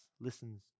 listens